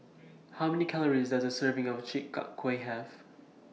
How Many Calories Does A Serving of Chi Kak Kuih Have